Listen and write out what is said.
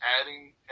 adding